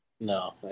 No